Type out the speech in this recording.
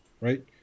right